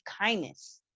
kindness